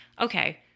okay